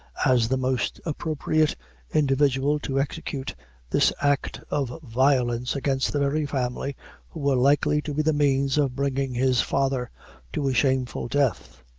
as the most appropriate individual to execute this act of violence against the very family who were likely to be the means of bringing his father to a shameful death.